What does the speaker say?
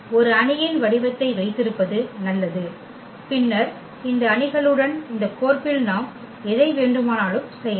ஒரு அணியின் வடிவத்தை வைத்திருப்பது நல்லது பின்னர் இந்த அணிகளுடன் இந்த கோர்ப்பில் நாம் எதை வேண்டுமானாலும் செய்யலாம்